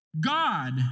God